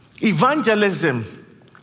Evangelism